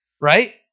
right